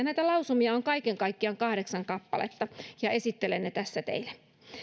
näitä lausumia on kaiken kaikkiaan kahdeksan kappaletta ja esittelen ne tässä teille